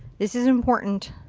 this is important.